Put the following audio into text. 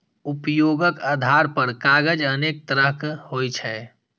उपयोगक आधार पर कागज अनेक तरहक होइ छै